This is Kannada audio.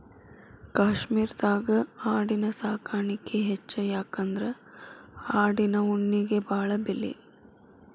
ಕಾಶ್ಮೇರದಾಗ ಆಡಿನ ಸಾಕಾಣಿಕೆ ಹೆಚ್ಚ ಯಾಕಂದ್ರ ಆಡಿನ ಉಣ್ಣಿಗೆ ಬಾಳ ಬೆಲಿ